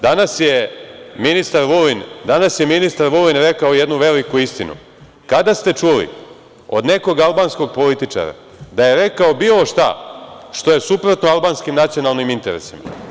Danas je ministar Vulin rekao jednu veliku istinu – kada ste čuli od nekog albanskog političara da je rekao bilo šta što je suprotno albanskim nacionalnim interesima?